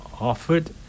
offered